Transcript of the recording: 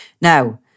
Now